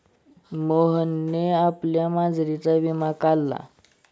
मोहनने आपल्या मांजरीचा विमा काढला